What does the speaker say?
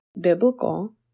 biblical